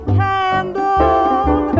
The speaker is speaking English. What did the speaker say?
candle